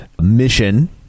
mission